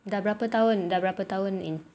dah berapa tahun dah berapa tahun in